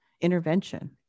intervention